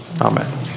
Amen